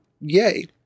yay